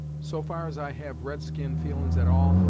so far as i have red-skin feelin's at all,